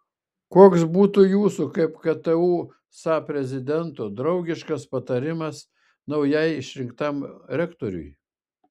koks būtų jūsų kaip ktu sa prezidento draugiškas patarimas naujai išrinktam rektoriui